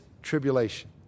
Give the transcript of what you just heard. Tribulation